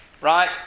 Right